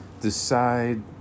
decide